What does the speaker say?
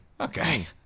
Okay